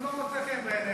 אם לא מוצא חן בעיניך,